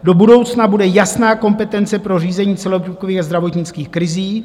Do budoucna bude jasná kompetence pro řízení celorepublikových zdravotnických krizí.